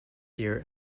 here